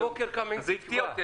אז זה הפתיע אותי,